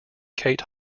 kate